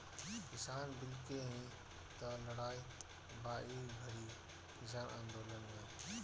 किसान बिल के ही तअ लड़ाई बा ई घरी किसान आन्दोलन में